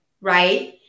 right